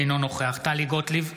אינו נוכח טלי גוטליב,